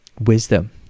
wisdom